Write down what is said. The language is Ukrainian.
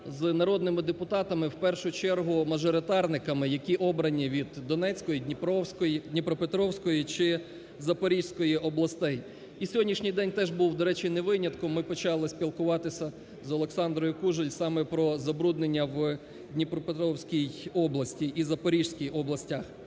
з народними депутатами, в першу чергу мажоритарниками, які обрані від Донецької, Дніпропетровської чи Запорізької областей. І сьогоднішній день теж був, до речі, не винятком, ми почали спілкуватися з Олександрою Кужель саме про забруднення в Дніпропетровській області і Запорізькій областях.